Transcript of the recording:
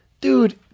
Dude